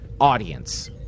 audience